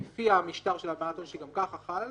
לפי המשטר של הלבנת הון שגם כך חל עליהם,